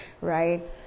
Right